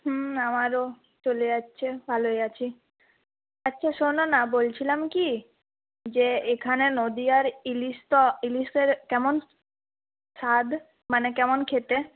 হুম আমারও চলে যাচ্ছে ভালোই আছি আচ্ছা শোনো না বলছিলাম কি যে এখানে নদীয়ার ইলিশ তো ইলিশের কেমন স্বাদ মানে কেমন খেতে